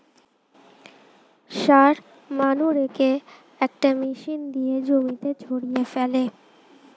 সার মানুরেকে একটা মেশিন দিয়ে জমিতে ছড়িয়ে ফেলে